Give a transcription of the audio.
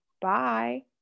Bye